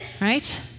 right